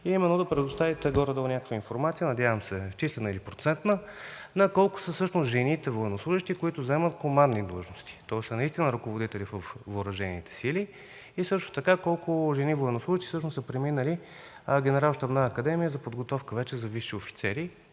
а именно да предоставите горе-долу някаква информация – числена или процентна, колко са всъщност жените военнослужещи, които заемат командни длъжности, тоест са наистина ръководители във въоръжените сили и също така колко жени военнослужещи всъщност са преминали Генерал-щабна академия за подготовка за висши офицери,